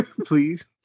please